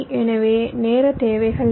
எனவே நேர தேவைகள் என்ன